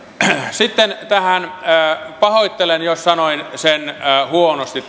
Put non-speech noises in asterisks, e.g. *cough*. sitten tähän kitinä sanaan pahoittelen jos sanoin sen huonosti *unintelligible*